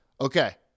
okay